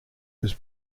was